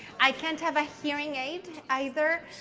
i can't have a hearing aid, either,